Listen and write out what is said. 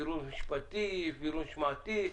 בירור משפטי, בירור משמעתי?